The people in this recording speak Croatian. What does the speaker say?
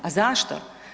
A zašto?